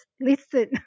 listen